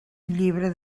llibre